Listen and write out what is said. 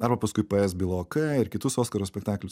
arba paskui ps byla ok ir kitus oskaro spektaklius